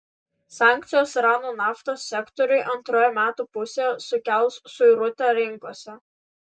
sankcijos irano naftos sektoriui antroje metų pusėje sukels suirutę rinkose